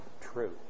true